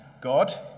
God